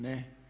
Ne.